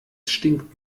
stinkt